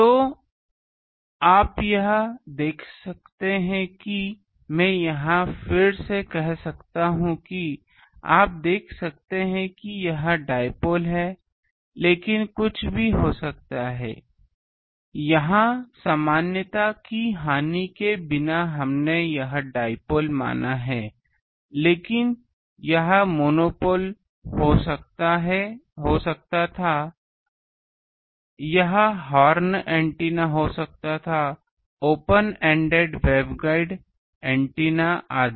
तो आप यह देख सकते हैं कि मैं यहां फिर से कह सकता हूं आप देख सकते हैं कि यह डाइपोल है लेकिन यह कुछ भी हो सकता है यहां सामान्यता की हानि के बिना हमने यह डाइपोल माना है लेकिन यह मोनोपोल हो सकता था यह हॉर्न एंटीना हो सकता था ओपन एंडेड वेवगाइड एंटीना आदि